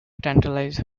tantalised